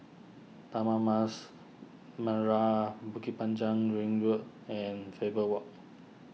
Taman Mas Merah Bukit Panjang Ring Road and Faber Walk